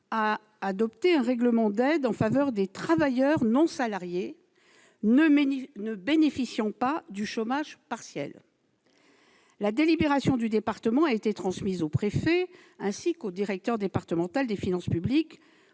a adopté un règlement d'aide en faveur des travailleurs non salariés ne bénéficiant pas du chômage partiel. Sa délibération a été transmise au préfet, ainsi qu'au directeur départemental des finances publiques